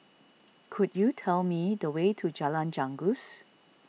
could you tell me the way to Jalan Janggus